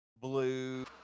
blue